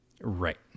right